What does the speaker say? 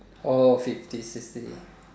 oh fifty sixty